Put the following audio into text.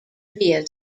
via